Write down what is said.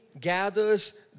gathers